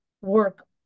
work